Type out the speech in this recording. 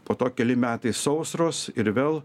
po to keli metai sausros ir vėl